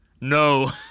No